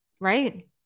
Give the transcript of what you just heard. Right